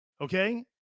Okay